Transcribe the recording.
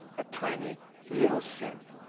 a tiny little sin,